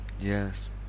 yes